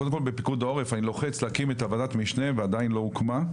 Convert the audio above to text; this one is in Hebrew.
קודם כל בפיקוד העורף אני לוחץ להקים את ועדת המשנה ועדיין לא הוקמה.